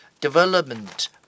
development